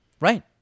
Right